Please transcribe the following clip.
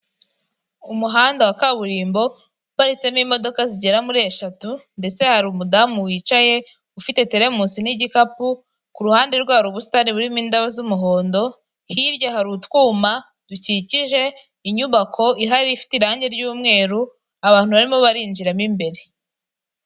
Umuhanda wa kaburimbo uparitsemo imodoka zigera muri eshatu ndetse hari umudamu wicaye ufite telemusi n'igikapu; kuruhande rwe hari ubusitani burimo indabo z'umuhondo hirya hari utwuma dukikije inyubako ihari ifite irangi ry'umweru abantu barimo barinjiramo imbere.